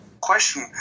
question